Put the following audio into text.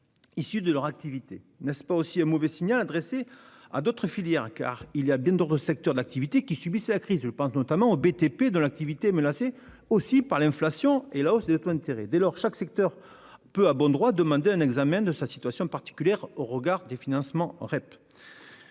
par leurs activités. N'est-ce pas aussi un mauvais signal envoyé à diverses autres filières ? En effet, bien d'autres secteurs d'activité subissent la crise ; je pense notamment au BTP, dont l'activité est menacée par l'inflation et la hausse des taux d'intérêt. Dès lors, chaque filière pourrait, à bon droit, demander un examen de sa situation particulière au regard de sa part de